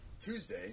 Tuesday